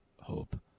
hope